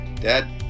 dad